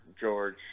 George